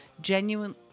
genuinely